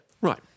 Right